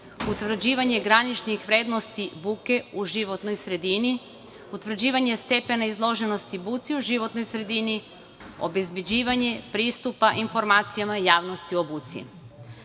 utvrđivanje graničnih vrednosti buke u životnoj sredini, utvrđivanje stepena izloženosti buci u životnoj sredini, obezbeđivanje pristupa informacijama javnosti o